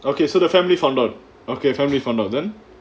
okay so the family found out okay family found out then